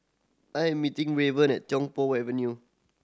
I am meeting Raven at Tiong Poh Avenue